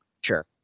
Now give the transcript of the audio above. Sure